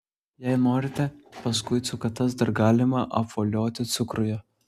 jei norite paskui cukatas dar galima apvolioti cukruje